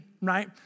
right